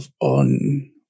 on